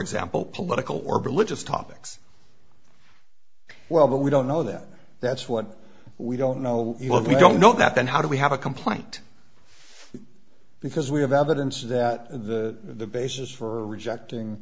example political or religious topics well but we don't know that that's what we don't know what we don't know that and how do we have a complaint because we have evidence that the basis for rejecting